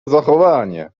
zachowanie